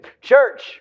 Church